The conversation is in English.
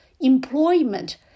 employment